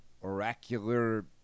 oracular